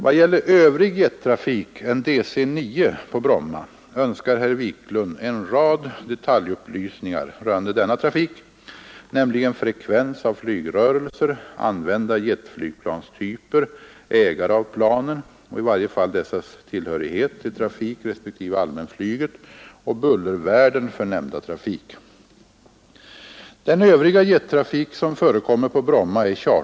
Vad gäller övrig jettrafik än DC-9 på Bromma önskar herr Wiklund en rad detaljupplysningar rörande denna trafik, nämligen frekvens av flygrörelser, använda jetflygplanstyper, ägare av planen och i varje fall dessas tillhörighet till trafikrespektive allmänflyget och bullervärden för nämnda trafik.